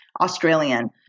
Australian